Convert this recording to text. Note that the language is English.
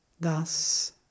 thus